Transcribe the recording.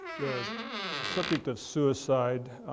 the subject of suicide